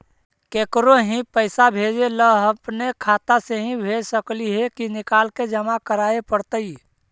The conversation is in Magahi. केकरो ही पैसा भेजे ल अपने खाता से ही भेज सकली हे की निकाल के जमा कराए पड़तइ?